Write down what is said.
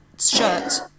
shirt